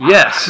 Yes